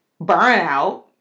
burnout